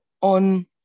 on